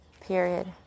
period